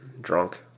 Drunk